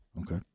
Okay